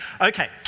Okay